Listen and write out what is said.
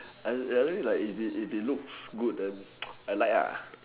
I I really if it looks good then I like